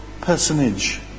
personage